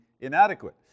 inadequate